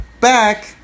back